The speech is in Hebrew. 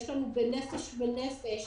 יש לנו מ"נפש בנפש",